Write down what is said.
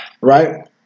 Right